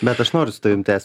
bet aš noriu su tavim tęst